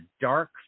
dark